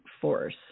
force